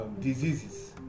diseases